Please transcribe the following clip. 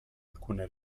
alcune